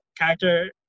character